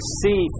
see